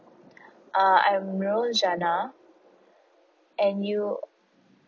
uh I'm nurul janna and you